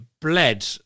bled